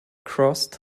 crosses